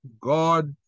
God